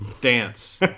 Dance